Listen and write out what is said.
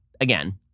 again